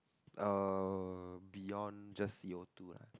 uh beyond just C_O-two lah